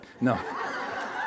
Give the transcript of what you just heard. No